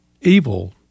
evil